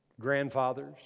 grandfathers